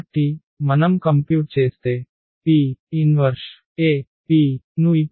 కాబట్టి మనం కంప్యూట్ చేస్తే P 1AP ను ఇప్పుడు